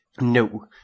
no